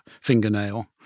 fingernail